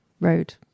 road